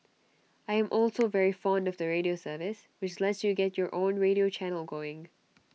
I am also very fond of the radio service which lets you get your own radio channel going